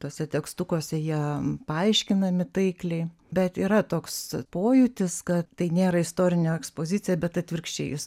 tuose tekstukuose jie paaiškinami taikliai bet yra toks pojūtis kad tai nėra istorinė ekspozicija bet atvirkščiai jis